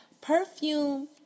perfume